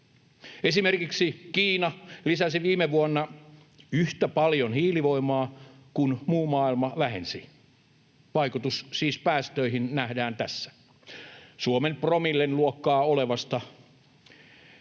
Esimerkiksi Kiina lisäsi viime vuonna yhtä paljon hiilivoimaa kuin muu maailma vähensi. Vaikutus päästöihin nähdään siis tässä. Suomen promillen luokkaa olevasta